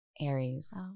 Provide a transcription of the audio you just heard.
Aries